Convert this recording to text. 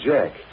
Jack